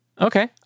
Okay